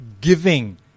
giving